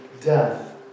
death